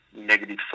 negative